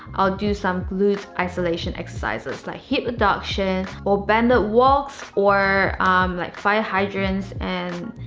i'll do some glute isolation exercises like hip abduction or banded walks or like fire hydrants and.